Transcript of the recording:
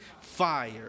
fire